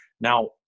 now